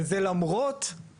אבל דברים כאלה,